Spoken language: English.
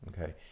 Okay